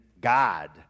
God